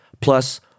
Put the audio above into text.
plus